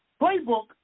playbook